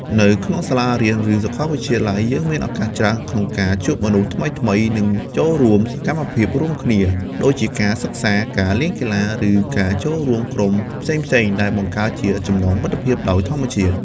នៅក្នុងសាលារៀន ឬសាកលវិទ្យាល័យ យើងមានឱកាសច្រើនក្នុងការជួបមនុស្សថ្មីៗ និងចូលរួមសកម្មភាពរួមគ្នា ដូចជាការសិក្សា ការលេងកីឡា ឬការចូលរួមក្រុមផ្សេងៗ ដែលបង្កើតជាចំណងមិត្តភាពដោយធម្មជាតិ។